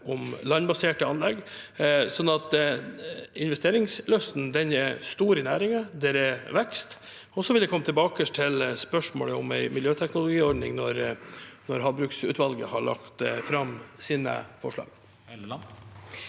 om landbaserte anlegg. Så investeringslysten er stor i næringen, det er vekst. Jeg vil komme tilbake til spørsmålet om en miljøteknologiordning når havbruksutvalget har lagt fram sine forslag.